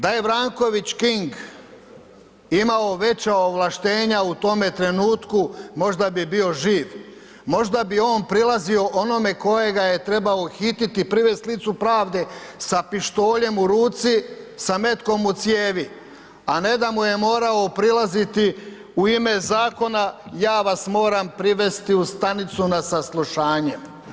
Da je Vranković King imao veća ovlaštenja u tome trenutku možda bi bio živ, možda bi on prilazio onome kojega je trebao uhititi i privesti licu pravde sa pištoljem u ruci, sa metkom u cijevi a ne da mu je morao prilaziti u ime zakona, ja vas moram privesti u stanicu na saslušanje.